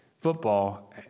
football